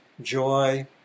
joy